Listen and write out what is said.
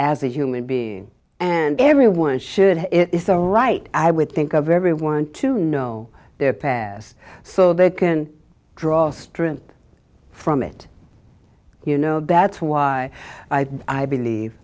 as a human being and everyone should have it is the right i would think of everyone to know their past so they can draw strength from it you know that's why i believe